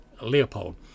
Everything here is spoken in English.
Leopold